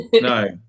no